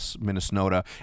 Minnesota